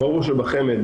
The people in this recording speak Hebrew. ברור שבחמ"ד,